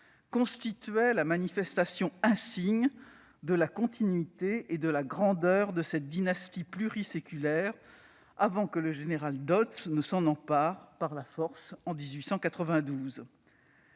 constituaient la manifestation insigne de la continuité et de la grandeur de cette dynastie pluriséculaire, avant que le général Dodds ne s'en empare, par la force, en 1892.